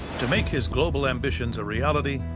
to make his global ambitions a reality,